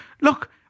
Look